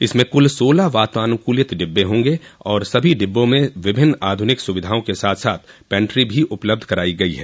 इसमें कुल सोलह वातानुकूलित डिब्बे होंगे और सभी डिब्बों में विभिन्न आध्निक सुविधाओं के साथ साथ पैन्ट्री भी उपलब्ध कराई गई है